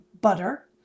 butter